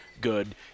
good